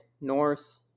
North